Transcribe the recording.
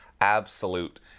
absolute